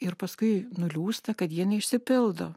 ir paskui nuliūsta kad jie neišsipildo